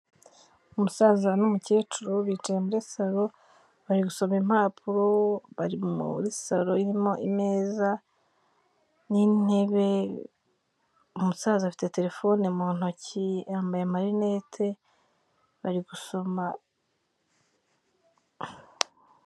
Umusaza n'umukecuru bicaye muri salon, bari gusoma impapuro, bari muri salon irimo ameza n'intebe, umusaza afite terefone mu ntoki yambaye amarinete, bari gusoma...